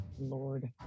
Lord